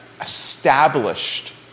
established